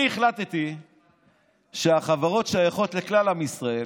אני החלטתי שהחברות שייכות לכלל עם ישראל,